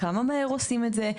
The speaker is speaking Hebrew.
כמה מהר עושים את זה,